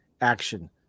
action